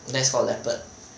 that's called leopard